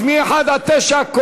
אז מ-1 עד 9,